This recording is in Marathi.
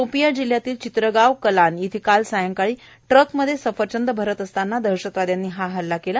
शोपियां जिल्ह्यातल्या चित्रगाव कलान गावात काल संध्याकाळी ट्रकमधे सफरचंद भरत असताना दहशतवादयांनी हा हल्ला केला